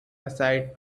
aside